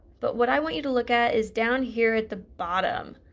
but what i want you to look at is down here at the bottom.